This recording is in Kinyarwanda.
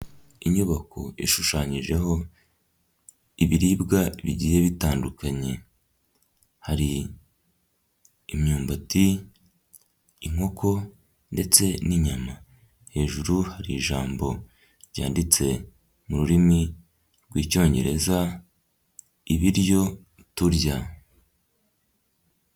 Inyubako ishushanyijeho ibiribwa bigiye bitandukanye, hari imyumbati, inkoko ndetse n'inyama, hejuru hari ijambo ryanditse mu rurimi rw'icyongereza, ibiryo turya.